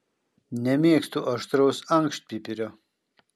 nemėgstu aštraus ankštpipirio